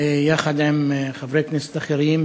יחד עם חברי כנסת אחרים,